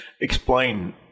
explain